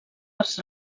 arcs